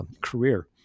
career